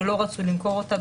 שלא רצו למכור אותה,